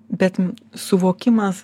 bet suvokimas